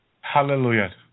Hallelujah